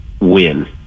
win